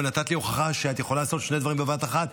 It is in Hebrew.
או נתת לי הוכחה שאת יכולה לעשות שני דברים בבת אחת,